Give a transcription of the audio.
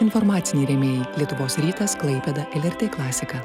informaciniai rėmėjai lietuvos rytas klaipėda lrt klasika